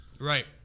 Right